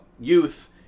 Youth